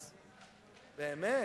אז באמת,